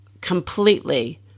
completely